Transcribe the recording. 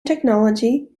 technology